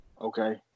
Okay